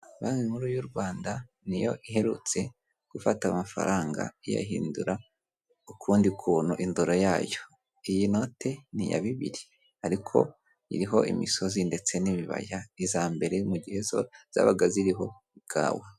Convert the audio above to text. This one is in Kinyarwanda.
Banki nkuru y'u Rwanda ni yo iherutse gufata amafaranga iyahindura ukundi kuntu indoro yayo. Iyi note ni iya bibiri ariko iriho imisozi ndetse n'ibibaya, iza mbere mu gihe zo zabaga ziriho ikawa.